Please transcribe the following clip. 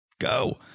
go